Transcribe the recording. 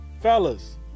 fellas